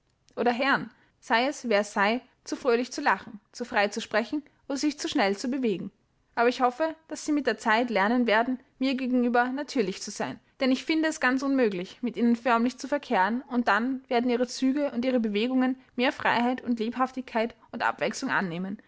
oder herrn sei es wer es sei zu fröhlich zu lachen zu frei zu sprechen oder sich zu schnell zu bewegen aber ich hoffe daß sie es mit der zeit lernen werden mir gegenüber natürlich zu sein denn ich finde es ganz unmöglich mit ihnen förmlich zu verkehren und dann werden ihre züge und ihre bewegungen mehr freiheit und lebhaftigkeit und abwechselung annehmen